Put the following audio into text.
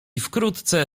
wkrótce